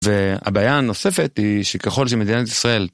והבעיה הנוספת היא שככל שמדינת ישראל